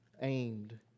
aimed